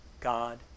God